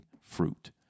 fruit